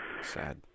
Sad